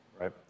Right